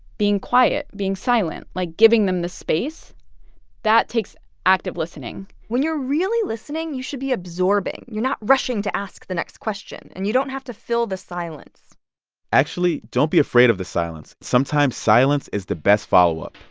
being quiet, being silent, like, giving them the space that takes active listening when you're really listening, you should be absorbing. you're not rushing to ask the next question. and you don't have to fill the silence actually, don't be afraid of the silence. sometimes, silence is the best follow up